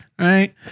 Right